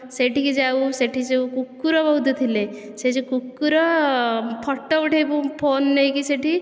ସେଠିକି ଯାଉ ସେଠି ସବୁ କୁକୁର ବହୁତ ଥିଲେ ସେ ଯେଉଁ କୁକୁର ଫଟୋ ଉଠେଇବୁ ଫୋନ ନେଇକି ସେଠି